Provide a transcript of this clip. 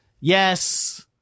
Yes